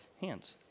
hands